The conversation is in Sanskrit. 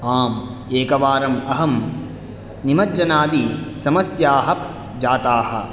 आम् एकवारम् अहं निमज्जनादिसमस्याः जाताः